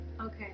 Okay